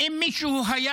אם מישהו היה